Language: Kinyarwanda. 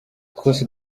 twese